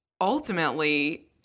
ultimately